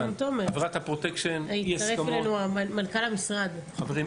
הצטרף אלינו מנכ"ל המשרד,